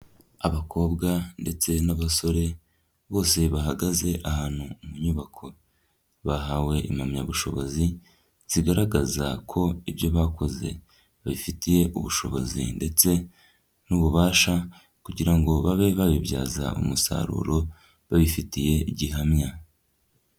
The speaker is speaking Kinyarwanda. Abakobwa ndetse n'abasore, bose bahagaze ahantu mu nyubako, bahawe impamyabushobozi zigaragaza ko ibyo bakoze babifitiye ubushobozi ndetse n'ububasha kugira ngo babe babibyaza umusaruro babifitiye gihamya.